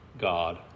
God